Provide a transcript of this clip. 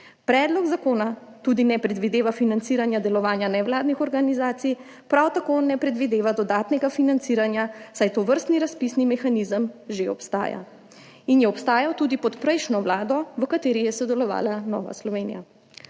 Predlog zakona tudi ne predvideva financiranja delovanja nevladnih organizacij, prav tako ne predvideva dodatnega financiranja, saj tovrstni razpisni mehanizem že obstaja in je obstajal tudi pod prejšnjo vlado, v kateri je sodelovala Nova Slovenija.